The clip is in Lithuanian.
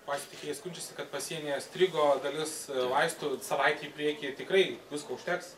patys tiekėjai skundžiasi kad pasienyje strigo dalis vaistų savaitei į priekį tikrai visko užteks